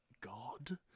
God